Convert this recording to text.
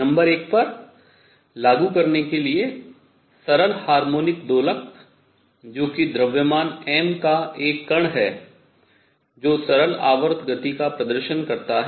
number एक पर लागू करने के लिए सरल हार्मोनिक दोलक जो कि द्रव्यमान m का एक कण है जो सरल आवर्त गति का प्रदर्शन करता है